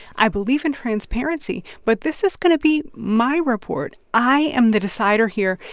i believe in transparency, but this is going to be my report. i am the decider here.